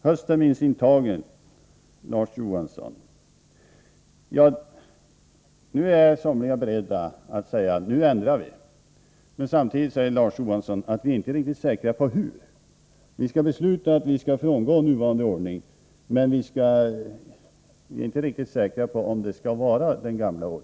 Larz Johansson talade om höstterminsintagning. Centern är beredd att ändra direkt. Samtidigt säger Larz Johansson att centerpartisterna inte är riktigt säkra på hur de vill ändra. Reservanterna vill besluta om att frångå den nuvarande ordningen, men är inte riktigt säkra på vilken ordning de vill ha.